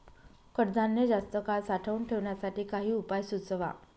कडधान्य जास्त काळ साठवून ठेवण्यासाठी काही उपाय सुचवा?